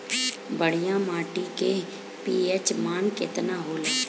बढ़िया माटी के पी.एच मान केतना होला?